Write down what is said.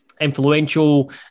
influential